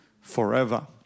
forever